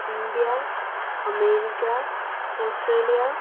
India America Australia